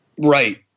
Right